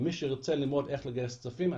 אם מישהו ירצה ללמוד איך לגייס כספים,